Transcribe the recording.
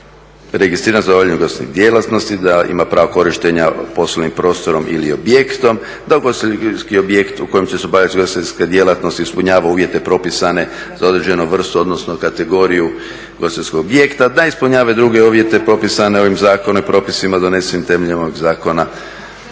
da je registriran za obavljanje ugostiteljske djelatnosti, da ima pravo korištenja poslovnim prostorom ili objektom, da ugostiteljski objekt u kojem će se obavljati ugostiteljska djelatnost ispunjava uvjete propisne za određenu vrstu odnosno kategoriju ugostiteljskog objekata, da ispunjava i druge uvjete propisne ovim zakonom i propisima donesenim temeljem ovog zakona,